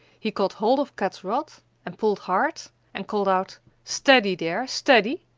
he caught hold of kat's rod and pulled hard and called out, steady there, steady!